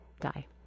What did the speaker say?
die